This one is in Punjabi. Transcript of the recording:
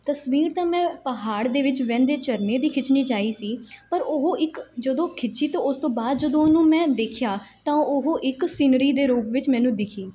ਤਸਵੀਰ ਤਾਂ ਮੈਂ ਪਹਾੜ ਦੇ ਵਿੱਚ ਵਹਿੰਦੇ ਝਰਨੇ ਦੀ ਖਿੱਚਣੀ ਚਾਹੀ ਸੀ ਪਰ ਉਹ ਇੱਕ ਜਦੋਂ ਖਿੱਚੀ ਅਤੇ ਉਸ ਤੋਂ ਬਾਅਦ ਜਦੋਂ ਉਹਨੂੰ ਮੈਂ ਦੇਖਿਆ ਤਾਂ ਉਹ ਇੱਕ ਸੀਨਰੀ ਦੇ ਰੂਪ ਵਿੱਚ ਮੈਨੂੰ ਦਿਖੀ